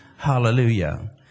Hallelujah